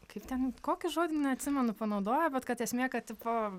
kaip ten kokį žodį neatsimenu panaudojo bet kad esmė kad tipo